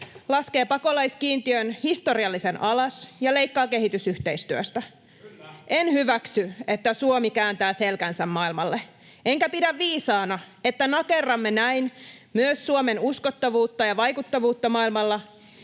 Laskee pakolaiskiintiön historiallisen alas ja leikkaa kehitysyhteistyöstä. [Perussuomalaisten ryhmästä: Kyllä!] En hyväksy, että Suomi kääntää selkänsä maailmalle. Enkä pidä viisaana, että nakerramme näin myös Suomen uskottavuutta ja vaikuttavuutta maailmalla